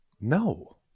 No